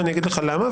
ואני אגיד לך למה,